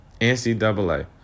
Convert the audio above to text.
NCAA